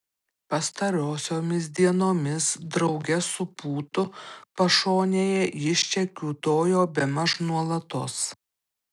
pastarosiomis dienomis drauge su pūtu pašonėje jis čia kiūtojo bemaž nuolatos